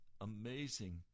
amazing